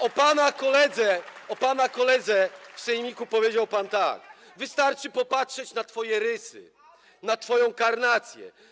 O pana koledze z sejmiku powiedział pan tak: Wystarczy popatrzeć na twoje rysy, na twoją karnację.